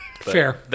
Fair